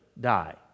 die